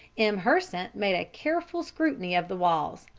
m. hersant made a careful scrutiny of the walls.